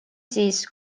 siis